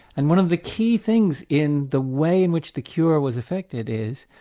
and one of the key things in the way in which the cure was affected is